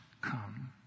come